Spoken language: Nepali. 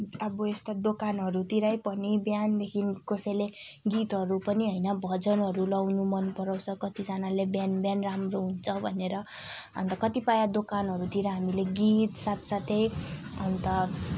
अब यस्तो दोकानहरूतिरै पनि बिहानदेखि कसैले गीतहरू पनि होइन भजनहरू लगाउन मन पराउँछ कतिजनाले बिहान बिहान राम्रो हुन्छ भनेर अन्त कतिपय दोकानहरूतिर हामीले गीत साथसाथै अन्त